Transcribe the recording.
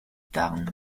tarn